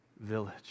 village